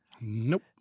Nope